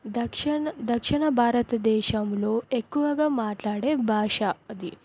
దక్షిణ దక్షిణ భారతదేశంలో ఎక్కువగా మాట్లాడే భాష అది